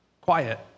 quiet